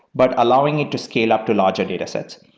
but allowing it to scale up to larger datasets.